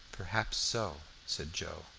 perhaps so, said joe.